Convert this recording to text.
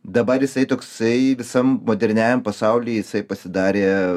dabar jisai toksai visam moderniajam pasaulį jisai pasidarė